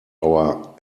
our